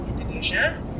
Indonesia